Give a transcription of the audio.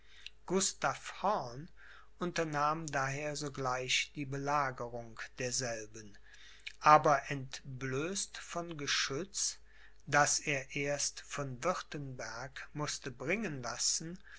unternahm daher sogleich die belagerung derselben aber entblößt von geschütz das er erst von wirtenberg mußte bringen lassen